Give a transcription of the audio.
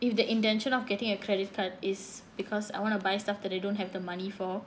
if the intention of getting a credit card is because I want to buy stuff that I don't have the money for